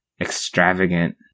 extravagant